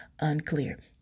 unclear